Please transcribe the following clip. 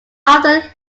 after